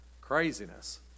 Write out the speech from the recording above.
Craziness